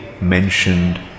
mentioned